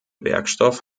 werkstoff